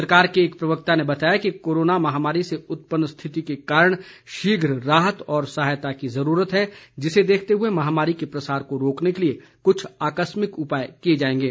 सरकार के एक प्रवक्ता ने बताया कि कोरोना महामारी से उत्पन्न स्थिति के कारण शीघ्र राहत और सहायता की जरूरत है जिसे देखते हुए महामारी के प्रसार को रोकने के लिए कुछ आकस्मिक उपाय किए जाएंगे